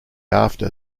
after